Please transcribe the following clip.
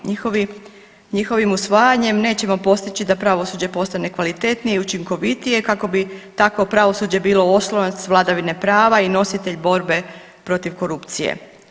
Njihovim usvajanjem nećemo postići da pravosuđe postane kvalitetnije i učinkovitije kako bi takvo pravosuđe bilo oslonac vladavine prava i nositelj borbe protiv korupcije.